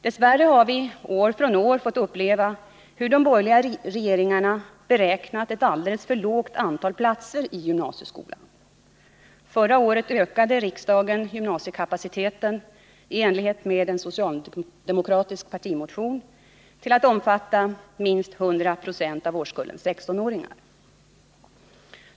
Dess värre har vi år från år fått uppleva hur de borgerliga regeringarna beräknat ett alldeles för lågt antal platser i gymnasieskolan. Förra året ökade riksdagen gymnasiekapaciteten — i enlighet med en socialdemokratisk partimotion — till att omfatta minst 100 26 av årskullen 16-åringar.